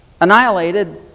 annihilated